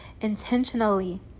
intentionally